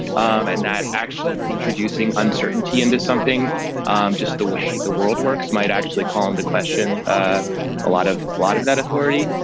um and that actually introducing uncertainty into something um just the way the world works might actually call into question ah a lot of a lot of that authority.